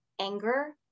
anger